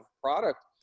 product